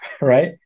right